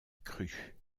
cru